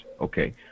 okay